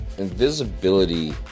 Invisibility